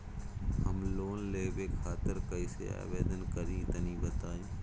हम लोन लेवे खातिर कइसे आवेदन करी तनि बताईं?